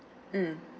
mm